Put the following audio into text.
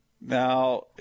Now